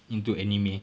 into anime